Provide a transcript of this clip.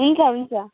हुन्छ हुन्छ